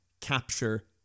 capture